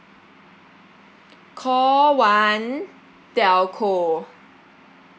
call one telco